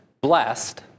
blessed